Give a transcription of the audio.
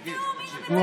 בתיאום, הינה, בתיאום.